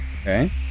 Okay